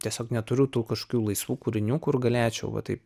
tiesiog neturiu tų kažkokių laisvų kūrinių kur galėčiau va taip